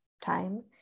time